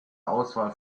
auswahl